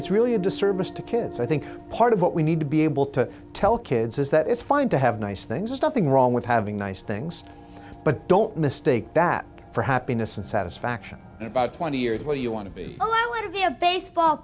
it's really a disservice to kids i think part of what we need to be able to tell kids is that it's fine to have nice things is nothing wrong with having nice things but don't mistake that for happiness and satisfaction and about twenty years where you want to be